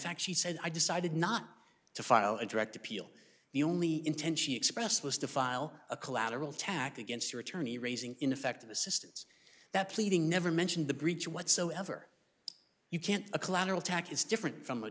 fact she said i decided not to file a direct appeal the only intention expressed was to file a collateral tack against her attorney raising ineffective assistance that pleading never mentioned the breach whatsoever you can't a collateral tack is different from a